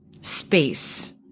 space